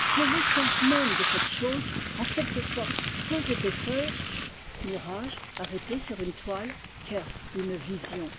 c'est essence même de cette chose en quelque sorte sans épaisseur mirage arrêté sur une toile qu'est une vision